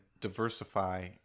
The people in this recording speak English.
diversify